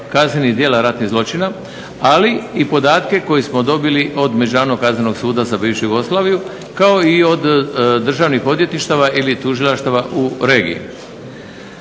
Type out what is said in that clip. kaznenih djela ratnih zločina ali i podatke koje smo dobili od Međunarodnog kaznenog suda za bivšu Jugoslaviju kao i od državnih odvjetništava ili tužilaštava u regiji.